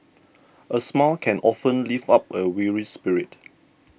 a smile can often lift up a weary spirit